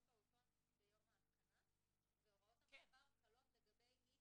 פעוטון ביום ההתקנה והוראות המעבר חלות על מי